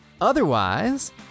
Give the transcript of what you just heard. Otherwise